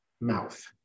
mouth